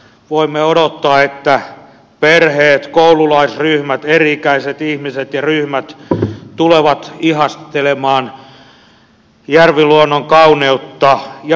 voimme odottaa että perheet koululaisryhmät eri ikäiset ihmiset ja ryhmät tulevat ihastelemaan järviluonnon kauneutta ja ylipäätänsä ihmettelemään elämän moninaisuutta